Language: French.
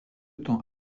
temps